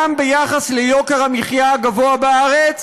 גם ביחס ליוקר המחיה הגבוה בארץ